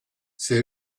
say